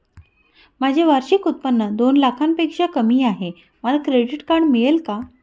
माझे वार्षिक उत्त्पन्न दोन लाखांपेक्षा कमी आहे, मला क्रेडिट कार्ड मिळेल का?